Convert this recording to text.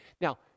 Now